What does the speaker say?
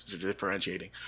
differentiating